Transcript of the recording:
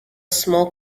small